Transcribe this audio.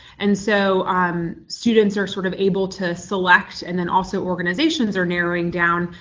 and so um students are sort of able to select and then also organizations are narrowing down.